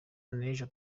n’ejo